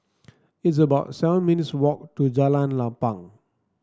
it's about seven minutes' walk to Jalan Lapang